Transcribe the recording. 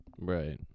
Right